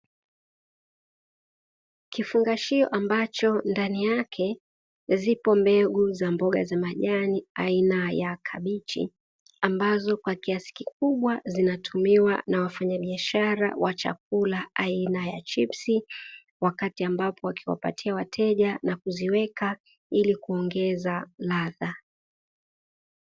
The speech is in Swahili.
Kifungashio ambacho ndani yake zipo mbegu za mboga za majani aina ya kabichi, ambazo kwa kiasi kikubwa zinatumiwa na wafanyabiashara wa chakula aina ya chipsi wakati ambapo wakiwapatia wateja na kuziweka ili kuongeza ladha.